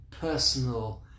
personal